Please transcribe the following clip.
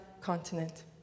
continent